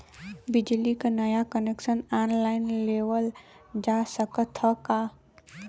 बिजली क नया कनेक्शन ऑनलाइन लेवल जा सकत ह का?